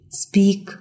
speak